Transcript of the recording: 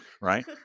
Right